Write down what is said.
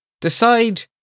decide